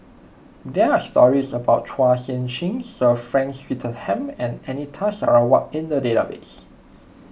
there are stories about Chua Sian Chin Sir Frank Swettenham and Anita Sarawak in the database